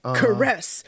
caress